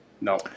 no